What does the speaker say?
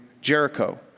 Jericho